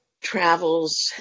travels